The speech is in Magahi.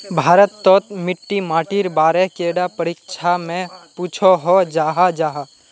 भारत तोत मिट्टी माटिर बारे कैडा परीक्षा में पुछोहो जाहा जाहा?